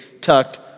tucked